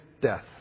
death